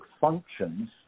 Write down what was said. functions